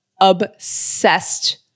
obsessed